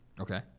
Okay